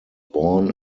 born